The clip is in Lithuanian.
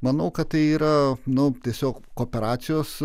manau kad tai yra nu tiesiog kooperacijos